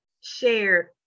shared